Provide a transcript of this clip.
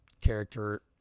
character